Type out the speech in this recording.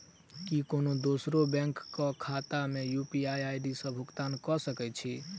की कोनो दोसरो बैंक कऽ खाता मे यु.पी.आई सऽ भुगतान कऽ सकय छी?